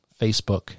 Facebook